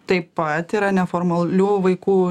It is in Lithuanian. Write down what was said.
taip pat yra neformalių vaikų